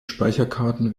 speicherkarten